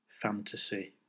fantasy